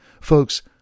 Folks